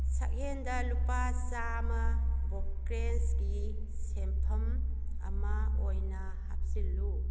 ꯁꯛꯍꯦꯟꯗ ꯂꯨꯄꯥ ꯆꯥꯃ ꯕꯣꯀ꯭ꯔꯦꯟꯁꯀꯤ ꯁꯦꯟꯐꯝ ꯑꯃ ꯑꯣꯏꯅ ꯍꯥꯞꯆꯤꯜꯂꯨ